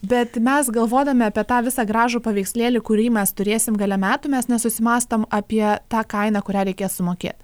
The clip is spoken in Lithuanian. bet mes galvodami apie tą visą gražų paveikslėlį kurį mes turėsim gale metų mes nesusimąstom apie tą kainą kurią reikės sumokėt